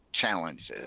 challenges